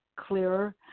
clearer